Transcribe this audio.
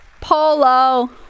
Polo